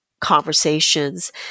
conversations